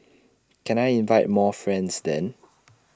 can I invite more friends then